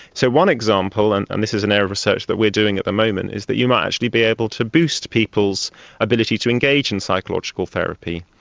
so one example, and and this is an area of research that we are doing at the moment, is that you might actually be able to boost people's ability to engage in psychological therapy.